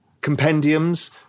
compendiums